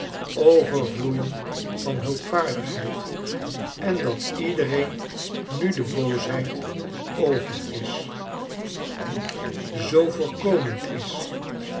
overvloeien van hulpvaardigheid en dat iedereen nu de boosheid over is zoo voorkomend is